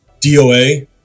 DOA